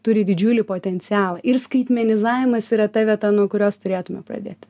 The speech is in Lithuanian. turi didžiulį potencialą ir skaitmenizavimas yra ta vieta nuo kurios turėtume pradėti